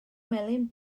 melyn